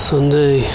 Sunday